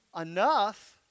enough